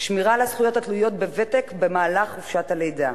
שמירה על הזכויות התלויות בוותק במהלך חופשת הלידה,